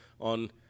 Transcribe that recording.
on